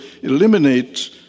eliminate